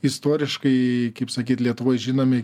istoriškai kaip sakyt lietuvoj žinomi